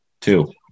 Two